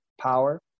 power